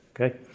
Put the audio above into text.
Okay